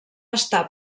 estar